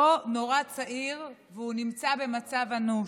שבו נורה צעיר, והוא נמצא במצב אנוש.